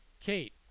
Kate